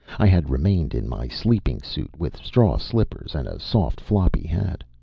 i had remained in my sleeping suit, with straw slippers and a soft floppy hat.